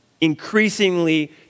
Increasingly